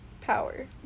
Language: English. power